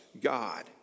God